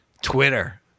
Twitter